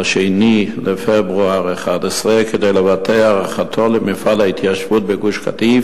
ב-2 בפברואר 2011 כדי לבטא את הערכתו למפעל ההתיישבות בגוש-קטיף